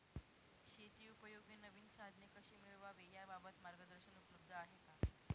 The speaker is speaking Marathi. शेतीउपयोगी नवीन साधने कशी मिळवावी याबाबत मार्गदर्शन उपलब्ध आहे का?